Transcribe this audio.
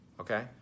okay